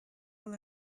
will